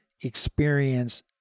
experience